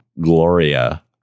Gloria